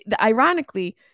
ironically